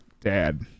dad